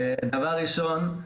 דבר ראשון,